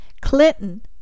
Clinton